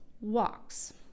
walks